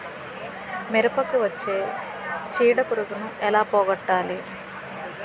మిరపకు వచ్చే చిడపురుగును ఏల పోగొట్టాలి?